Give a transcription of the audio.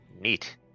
Neat